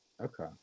Okay